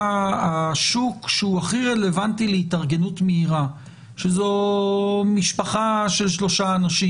השוק שהכי רלוונטי להתארגנות מהירה זו משפחה של שלושה אנשים,